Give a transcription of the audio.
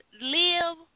live